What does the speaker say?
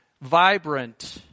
vibrant